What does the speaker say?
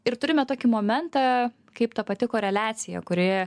ir turime tokį momentą kaip ta pati koreliacija kurioje